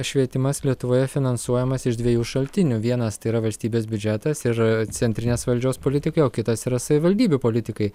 švietimas lietuvoje finansuojamas iš dviejų šaltinių vienas tai yra valstybės biudžetas ir centrinės valdžios politikai o kitas yra savivaldybių politikai